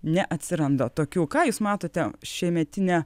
neatsiranda tokių ką jūs matote šiemetinę